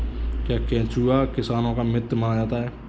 क्या केंचुआ किसानों का मित्र माना जाता है?